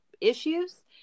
issues